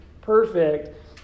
perfect